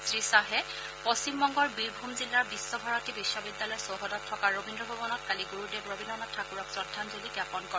শ্ৰীশ্বাহে পশ্চিমবংগৰ বীৰভূম জিলাৰ বিশ্বভাৰতী বিশ্ববিদ্যালয়ৰ চৌহদত থকা ৰবীদ্ৰ ভৱনত কালি গুৰুদেৱ ৰবীন্দ্ৰনাথ ঠাকুৰক শ্ৰদ্ধাঞ্জলি জ্ঞাপন কৰে